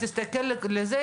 היא תסתכל על זה,